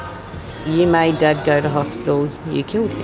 you made dad go to hospital. you killed